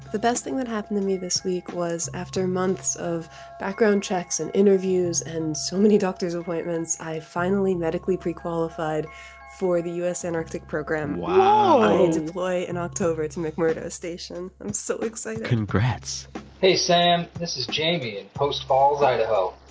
the best thing that happened to me this week was, after months of background checks and interviews and so many doctors appointments, i finally medically pre-qualified for the u s. antarctic program wow whoa i deploy in october to mcmurdo station. i'm so excited congrats hey, sam. this is jamie in, post falls, idaho.